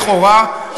לכאורה,